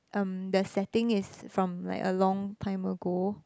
um the setting is from like a long time ago